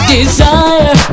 Desire